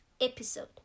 episode